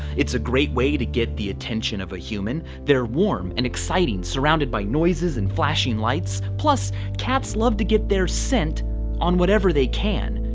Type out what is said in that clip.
it's a great way to get the attention of a human, they're warm and exciting, surrounded by noises and flashing lights plus cats love to get their scent on whatever they can,